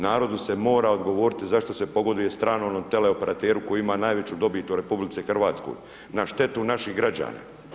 Narodu se mora odgovoriti zašto se pogoduje stranom teleoperateru koji ima najveću dobit u RH na štetu naših građana.